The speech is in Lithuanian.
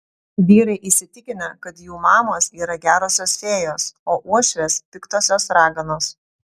vyrai įsitikinę kad jų mamos yra gerosios fėjos o uošvės piktosios raganos